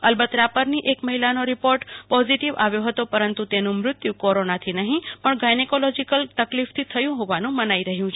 અલબત્ત રાપરની એક મહિલાનો રિપોર્ટ પોઝીટીવ આવ્યો હતો પરંતુ તેનું મૃત્યું કોરોનાથી નહીં પણ ગાયનેકોલોજીકલ તકલીફથી થયું હોવાનું મનાઈ રહ્યું છે